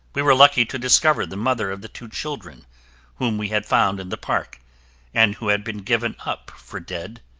we were lucky to discover the mother of the two children whom we had found in the park and who had been given up for dead.